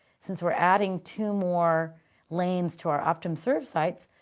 since we're adding two more lanes to our optumserve sites,